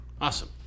Awesome